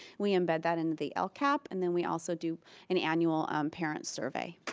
we embed that into the lcap, and then we also do an annual um parents survey.